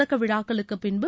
தொடக்க விழாக்களுக்கு பின்பு